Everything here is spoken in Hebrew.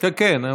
מסיר, כן, כן.